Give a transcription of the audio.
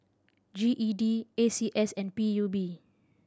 G E D A C S and P U B